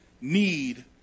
need